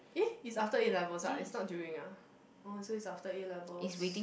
eh it's after A-levels ah it's not during ah oh so it's after A-levels